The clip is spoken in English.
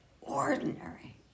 ordinary